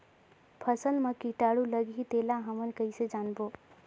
फसल मा कीटाणु लगही तेला हमन कइसे जानबो?